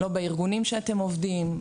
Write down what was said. לא בארגונים שאתם עובדים,